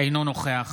אינו נוכח